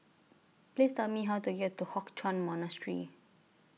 Please Tell Me How to get to Hock Chuan Monastery